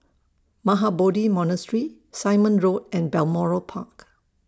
Mahabodhi Monastery Simon Road and Balmoral Park